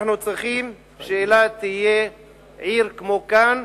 אנחנו צריכים שאילת תהיה עיר כמו קאן,